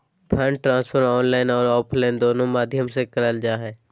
fund transfer online आर offline दोनों माध्यम से करल जा हय